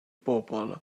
bobl